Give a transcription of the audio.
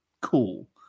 cool